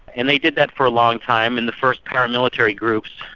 and they did that for a long time, and the first paramilitary groups,